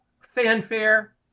fanfare